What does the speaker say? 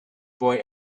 boy